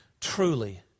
truly